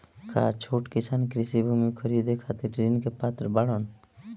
का छोट किसान कृषि भूमि खरीदे खातिर ऋण के पात्र बाडन?